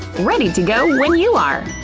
ready to go when you are!